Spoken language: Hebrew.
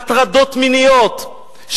הטרדות מיניות,